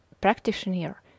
practitioner